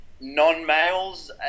non-males